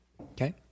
Okay